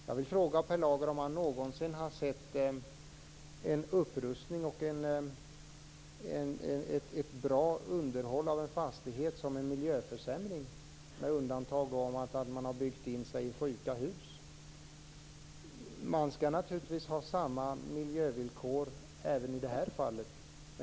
Jag vill fråga Per Lager om han någonsin har sett en upprustning och ett bra underhåll av en fastighet som inneburit en försämring, med undantag av att man byggt in sig i sjuka hus. Det skall naturligtvis vara samma miljövillkor i det här fallet.